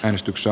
äänestyksessä